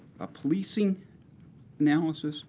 a policing analysis,